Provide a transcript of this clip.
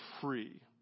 free